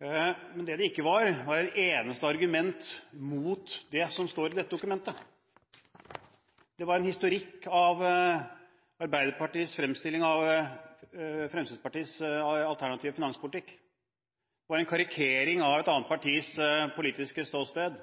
Men det det ikke var, var ett eneste argument mot det som står i dette dokumentet. Det var en historikk over Arbeiderpartiets fremstilling av Fremskrittspartiets alternative finanspolitikk og en karikering av et annet partis politiske ståsted,